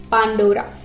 Pandora